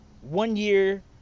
one-year